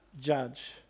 judge